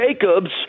Jacobs